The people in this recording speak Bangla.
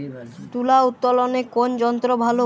তুলা উত্তোলনে কোন যন্ত্র ভালো?